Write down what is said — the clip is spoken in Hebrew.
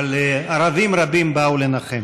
אבל ערבים רבים באו לנחם.